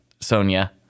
Sonia